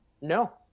No